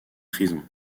prisons